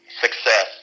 success